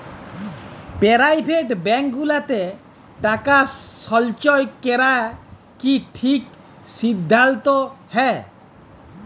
private bank গুলাতে টাকা সল্চয় ক্যরা কি ঠিক সিদ্ধাল্ত হ্যয়